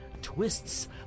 twists